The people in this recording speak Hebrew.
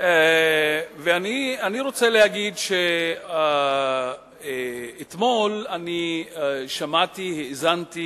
אני רוצה להגיד שאתמול האזנתי